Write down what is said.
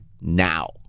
now